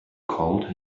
called